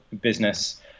business